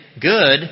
good